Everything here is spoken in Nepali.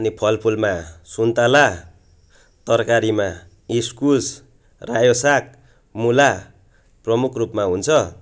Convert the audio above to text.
अनि फल फुलमा सुन्ताला तरकारीमा इस्कुस रायो साग मुला प्रमुख रूपमा हुन्छ